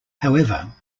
however